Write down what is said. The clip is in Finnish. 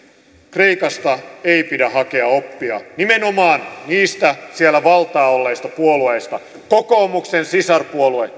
kreikasta ei pidä hakea oppia nimenomaan niistä siellä vallassa olleista puolueista kokoomuksen sisarpuolueesta